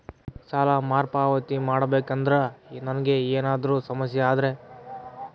ಸಾಲ ಮರುಪಾವತಿ ಮಾಡಬೇಕಂದ್ರ ನನಗೆ ಏನಾದರೂ ಸಮಸ್ಯೆ ಆದರೆ?